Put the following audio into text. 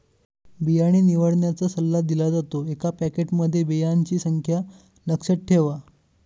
बियाणे निवडण्याचा सल्ला दिला जातो, एका पॅकेटमध्ये बियांची संख्या लक्षात ठेवा